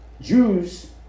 Jews